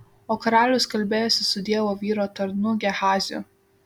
o karalius kalbėjosi su dievo vyro tarnu gehaziu